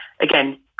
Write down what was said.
again